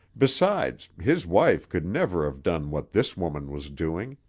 besides, his wife could never have done what this woman was doing.